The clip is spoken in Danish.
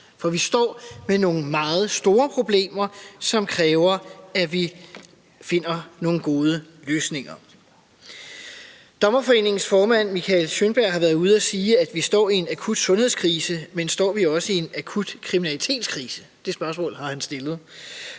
for vi står med nogle meget store problemer, som kræver, at vi finder nogle gode løsninger. Dommerforeningens formand, Mikael Sjöberg, har været ude at sige, at vi står i en akut sundhedskrise, men har også stillet spørgsmålet, om vi også står i en akut kriminalitetskrise? Det spørgsmål synes jeg